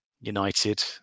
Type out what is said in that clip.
United